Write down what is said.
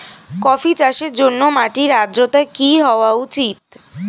Coffee চাষের জন্য মাটির আর্দ্রতা কি হওয়া উচিৎ?